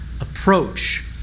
approach